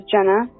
Jenna